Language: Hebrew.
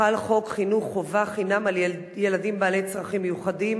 חל חוק חינוך חובה חינם על ילדים בעלי צרכים מיוחדים